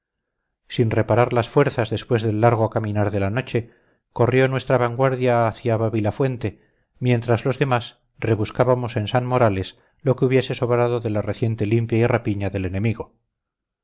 sin reparar las fuerzas después del largo caminar de la noche corrió nuestra vanguardia hacia babilafuente mientras los demás rebuscábamos en sanmorales lo que hubiese sobrado de la reciente limpia y rapiña del enemigo